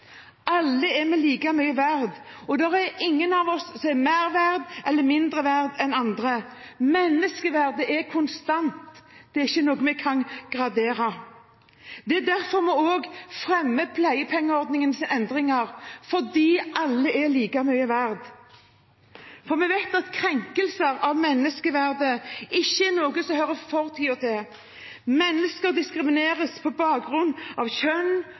Alle er like mye verdt, og det er ingen av oss som er mer verdt eller mindre verdt enn andre. Menneskeverdet er konstant, det er ikke noe vi kan gradere. Det er derfor vi fremmer forslag om endringer i pleiepengeordningen, fordi alle er like mye verdt. Vi vet at krenkelser av menneskeverdet ikke er noe som hører fortiden til. Mennesker diskrimineres på bakgrunn av kjønn,